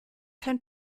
kein